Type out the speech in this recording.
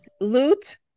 loot